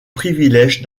privilège